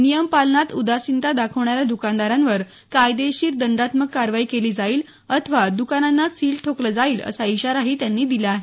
नियमपालनात उदासीनता दाखवणाऱ्या दकानदारांवर कायदेशीर दंडात्मक कारवाई केली जाईल अथवा दकानांना सील ठोकलं जाईल असा इशाराही त्यांनी दिला आहे